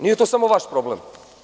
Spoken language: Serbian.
Nije to samo vaš problem.